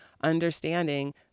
understanding